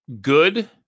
good